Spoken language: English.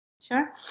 Sure